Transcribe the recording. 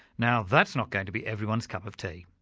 now that's not going to be everyone's cup of tea.